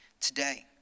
today